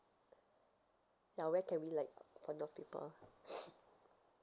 ya where can we like for north people